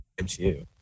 MCU